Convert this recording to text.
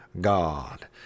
God